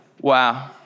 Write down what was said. wow